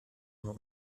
immer